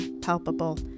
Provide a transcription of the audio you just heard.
palpable